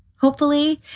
hopefully,